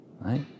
right